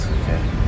Okay